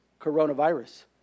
coronavirus